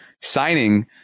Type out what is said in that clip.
signing